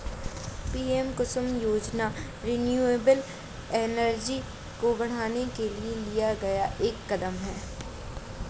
PM Kusum योजना renewable energy को बढ़ाने के लिए लिया गया एक कदम है